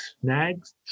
snags